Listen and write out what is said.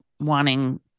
wanting